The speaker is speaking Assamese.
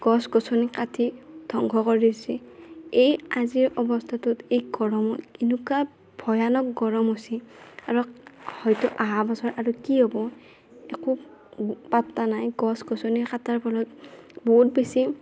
গছ গছনি কাটি ধ্বংস কৰি গেইছি এই আজিৰ অৱস্থাটোত এই গৰমত এনেকুৱা ভয়ানক গৰম হৈছি আৰু হয়তো অহা বছৰ আৰু কি হ'ব একো পাত্তা নাই গছ গছনি কাটাৰ ফলত বহুত বেছি